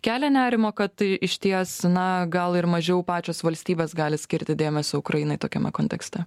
kelia nerimo kad išties na gal ir mažiau pačios valstybės gali skirti dėmesio ukrainai tokiame kontekste